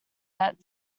that